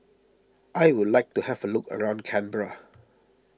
I would like to have a look around Canberra